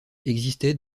existait